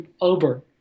over